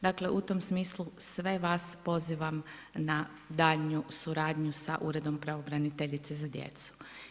Dakle, u tom smislu sve vas pozivam na daljnju suradnju sa Uredom pravobraniteljice za djecu.